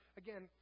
again